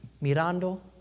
mirando